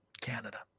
Canada